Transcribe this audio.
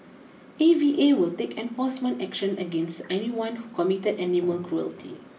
A V A will take enforcement action against anyone who committed animal cruelty